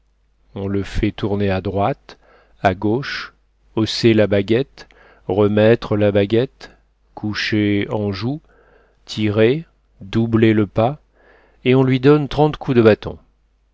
on le fait tourner à droite à gauche hausser la baguette remettre la baguette coucher en joue tirer doubler le pas et on lui donne trente coups de bâton